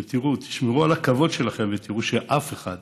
תשמרו על הכבוד שלכן ותראו שאף אחד